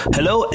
Hello